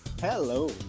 Hello